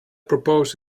propose